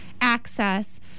access